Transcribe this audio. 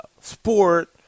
sport